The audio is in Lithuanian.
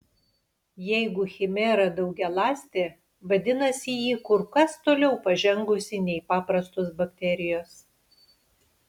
jeigu chimera daugialąstė vadinasi ji kur kas toliau pažengusi nei paprastos bakterijos